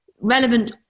relevant